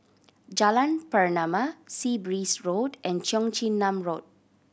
Jalan Pernama Sea Breeze Road and Cheong Chin Nam Road